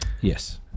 Yes